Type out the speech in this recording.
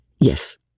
Yes